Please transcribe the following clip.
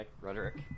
rhetoric